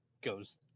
goes